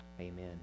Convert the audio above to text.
Amen